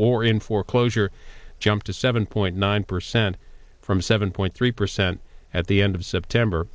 or in foreclosure jumped to seven point nine percent from seven point three percent at the end of september